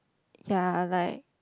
ya like